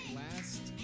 last